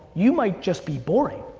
you might just be boring.